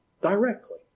Directly